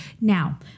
Now